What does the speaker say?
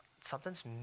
something's